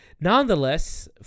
Nonetheless